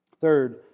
Third